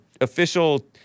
official